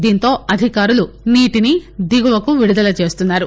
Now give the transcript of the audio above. దీంతో అధికారులు నీటిని దిగువకు విడుదల చేస్తున్నారు